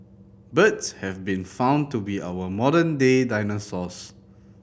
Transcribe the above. birds have been found to be our modern day dinosaurs